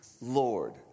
Lord